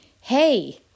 Hey